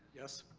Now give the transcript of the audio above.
yes.